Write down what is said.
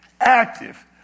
active